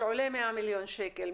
שעולה 100 מיליון שקל.